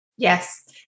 Yes